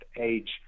age